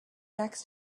next